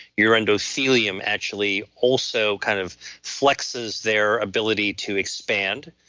your endothelium actually also kind of flexes their ability to expand.